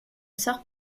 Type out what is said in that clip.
sort